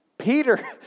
Peter